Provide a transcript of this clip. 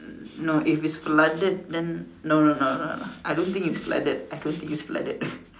no if it's flooded then no no no no I don't think it's flooded I don't think is flooded